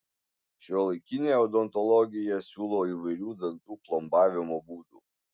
šiuolaikinė odontologija siūlo įvairių dantų plombavimo būdų